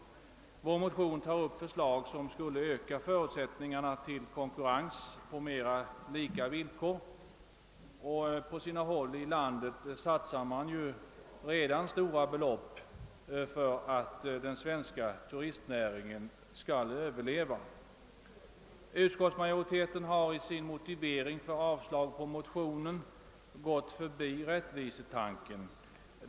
I vår motion tar vi upp förslag som skulle öka förutsättningarna till konkurrens på mera likvärdiga villkor, och på en del håll i landet satsar man redan stora belopp för att den svenska turistnäringen skall kunna överleva. Utskottsmajoriteten har i sin motivering för avslag på motionen gått förbi rättvisetanken.